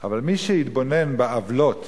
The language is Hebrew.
אבל מי שיתבונן בעוולות